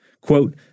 Quote